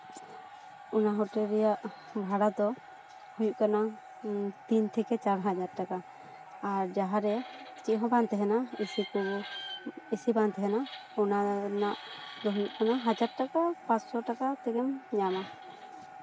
ᱚᱱᱟ ᱦᱳᱴᱮᱞ ᱨᱮᱭᱟᱜ ᱵᱷᱟᱲᱟ ᱫᱚ ᱦᱩᱭᱩᱜ ᱠᱟᱱᱟ ᱛᱤᱱ ᱛᱷᱮᱠᱮ ᱪᱟᱨ ᱦᱟᱡᱟᱨ ᱴᱟᱠᱟ ᱟᱨ ᱡᱟᱦᱟᱸ ᱨᱮ ᱪᱮᱫ ᱦᱚᱸ ᱵᱟᱝ ᱛᱟᱦᱮᱸᱱᱟ ᱮᱥᱤ ᱠᱚ ᱮᱥᱤ ᱵᱟᱝ ᱛᱟᱦᱮᱸᱱᱟ ᱚᱱᱟ ᱨᱮᱱᱟᱜ ᱫᱚ ᱦᱩᱭᱩᱜ ᱠᱟᱱᱟ ᱦᱟᱡᱟᱨ ᱴᱟᱠᱟ ᱯᱟᱥᱥᱳ ᱴᱟᱠᱟ ᱛᱮᱜᱮᱢ ᱧᱟᱢᱟ